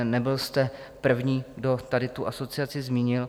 Nebyl jste první, kdo tady tu asociaci zmínil.